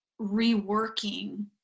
reworking